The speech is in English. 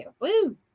Woo